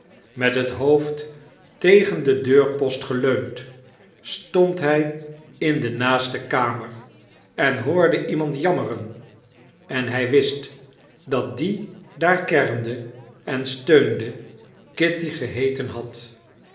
met het hoofd tegen den deurpost geleund stond hij in de naaste kamer en hoorde iemand jammeren en hij wist dat die daar kermde en steunde kitty geheeten had